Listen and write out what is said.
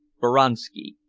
boranski,